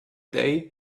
day